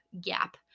gap